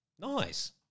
Nice